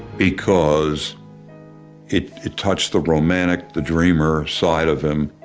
because it touched the romantic, the dreamer side of him,